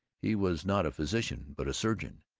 he was not a physician but a surgeon,